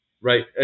right